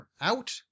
out